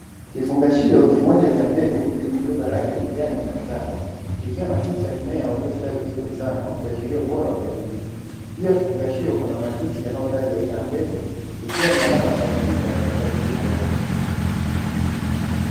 Kifungashio kimoja cha mbegu kilichobeba rangi ya kijani na njano kikiwa na picha ya mmea uliostawi vizuri sana, ukiashilra ubora wa mbegu hizi, juu ya kifungashio kuna maandishi yanayotaja aina ya mbegu, ikiwa ni alama ya kuaminika katika kilimo bora.